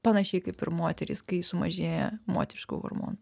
panašiai kaip ir moterys kai sumažėja moteriškų hormonų